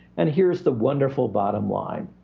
and here's the wonderful bottom line.